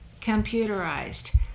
computerized